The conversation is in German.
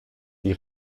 die